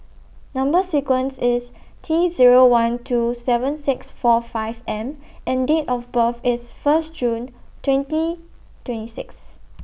Number sequence IS T Zero one two seven six four five M and Date of birth IS First June twenty twenty six